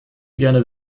gerne